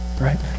right